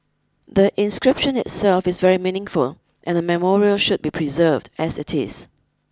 the inscription itself is very meaningful and the memorial should be preserved as it is